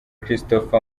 christopher